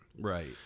right